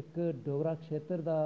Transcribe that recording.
इक डोगरा खेत्तर दा